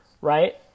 right